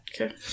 Okay